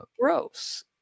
gross